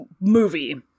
movie